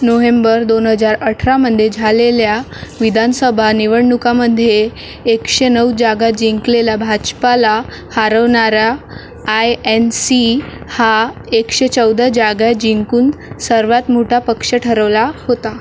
November दोन हजार अठरामध्ये झालेल्या विधानसभा निवडणुकामध्ये एकशे नऊ जागा जिंकलेल्या भाजपाला हरवणारा आय एन सी हा एकशे चौदा जागा जिंकून सर्वात मोठा पक्ष ठरवला होता